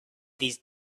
these